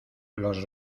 los